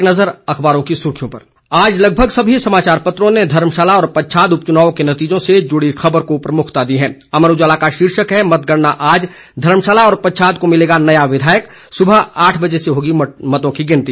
एक नज़र अखबारों की सुर्खियों पर आज लगभग सभी समाचार पत्रों ने धर्मशाला और पच्छाद उपचुनाव के नतीजों से जुड़ी खबर को प्रमुखता दी है अमर उजाला का शीर्षक है मतगणना आज धर्मशाला और पच्छाद को मिलेगा नया विधायक सुबह आठ बजे से होगी वोटों की गिनती